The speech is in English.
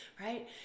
right